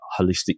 holistic